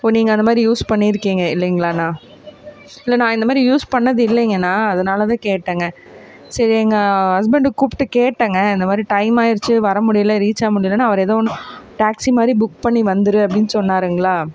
ஓ நீங்கள் அந்தமாதிரி யூஸ் பண்ணியிருக்கீங்க இல்லைங்களாண்ணா இல்லை நான் இந்தமாதிரி யூஸ் பண்ணதில்லைங்கண்ணா அதனால தான் கேட்டேங்க சரி எங்கள் ஹஸ்பண்டுக்கு கூப்பிட்டு கேட்டேங்க இந்தமாதிரி டைம் ஆயிடுச்சி வரமுடியல ரீச் ஆக முடியலனா அவர் ஏதோ ஒன்று டேக்ஸி மாதிரி புக் பண்ணி வந்துடு அப்படினு சொன்னாருங்களா